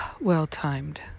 well-timed